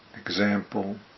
example